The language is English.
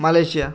Malaysia